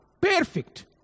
perfect